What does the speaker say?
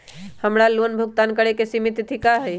हमर लोन भुगतान करे के सिमित तिथि का हई?